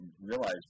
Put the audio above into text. realize